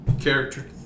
character